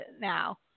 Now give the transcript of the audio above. now